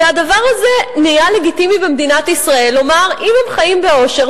והדבר הזה נהיה לגיטימי במדינת ישראל לומר: אם הם חיים באושר,